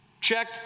Check